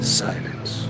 silence